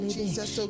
Jesus